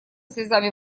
слезами